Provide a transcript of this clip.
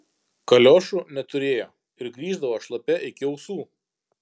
kaliošų neturėjo ir grįždavo šlapia iki ausų